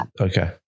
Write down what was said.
Okay